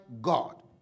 God